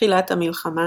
מתחילת המלחמה